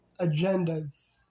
agendas